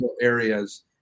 areas